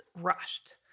rushed